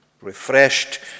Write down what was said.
Refreshed